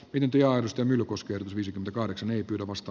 pidempi aidosti myllykoski j viisi kahdeksan ei pyydä vasta